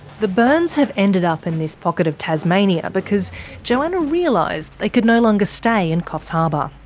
the byrnes have ended up in this pocket of tasmania because johanna realised they could no longer stay in coffs harbour.